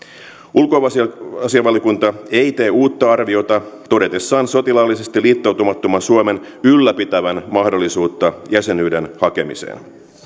ulkoasiainvaliokunta ei tee uutta arviota todetessaan sotilaallisesti liittoutumattoman suomen ylläpitävän mahdollisuutta jäsenyyden hakemiseen